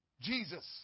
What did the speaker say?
Jesus